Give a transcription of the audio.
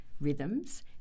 rhythms